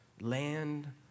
land